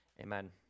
Amen